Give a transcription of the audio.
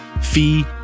fee